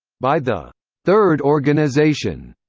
by the third organization,